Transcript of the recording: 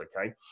okay